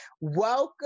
Welcome